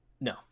No